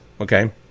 okay